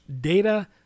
data